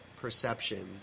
perception